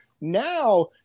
now